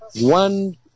one